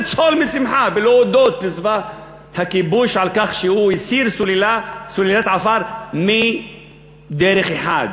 לצהול משמחה ולהודות לצבא הכיבוש על כך שהוא הסיר סוללת עפר מדרך אחת.